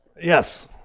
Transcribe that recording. Yes